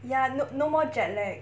ya no no more jetlag